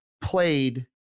played